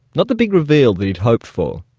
not the big reveal that he'd hoped for.